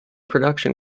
production